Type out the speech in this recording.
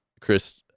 chris